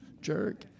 Jerk